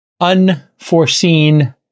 unforeseen